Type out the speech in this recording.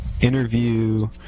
interview